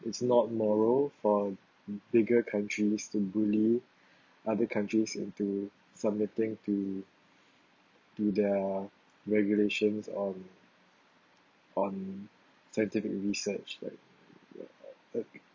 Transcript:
it's not moral for bigger countries to bully other countries into submitting to to their regulations on on scientific research like